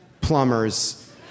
plumbers